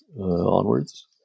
Onwards